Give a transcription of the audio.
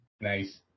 Nice